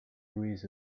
louise